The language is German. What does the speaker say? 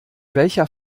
welcher